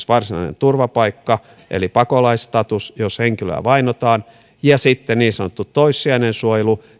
varsinainen turvapaikka eli pakolaisstatus jos henkilöä vainotaan ja sitten niin sanottu toissijainen suojelu